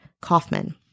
Kaufman